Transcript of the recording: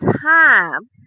time